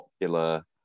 popular